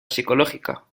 psicológica